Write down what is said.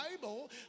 Bible